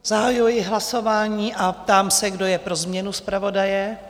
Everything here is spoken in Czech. Zahajuji hlasování a ptám se, kdo je pro změnu zpravodaje?